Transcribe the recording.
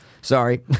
Sorry